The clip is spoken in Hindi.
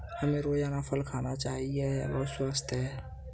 हमें रोजाना फल खाना चाहिए, यह बहुत स्वस्थ है